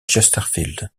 chesterfield